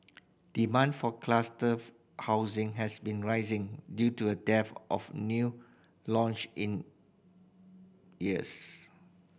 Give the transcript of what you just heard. demand for cluster housing has been rising due to a dearth of new launch in years